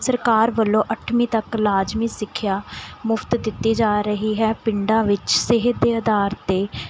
ਸਰਕਾਰ ਵੱਲੋਂ ਅੱਠਵੀਂ ਤੱਕ ਲਾਜ਼ਮੀ ਸਿੱਖਿਆ ਮੁਫ਼ਤ ਦਿੱਤੀ ਜਾ ਰਹੀ ਹੈ ਪਿੰਡਾਂ ਵਿੱਚ ਸਿਹਤ ਦੇ ਆਧਾਰ 'ਤੇ